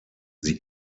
sie